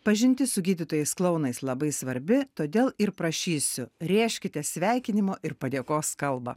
pažintis su gydytojais klounais labai svarbi todėl ir prašysiu rėžkite sveikinimo ir padėkos kalbą